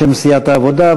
בשם סיעת העבודה.